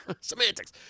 Semantics